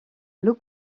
blue